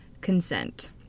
consent